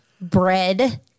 bread